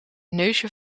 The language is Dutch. neusje